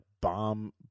bomb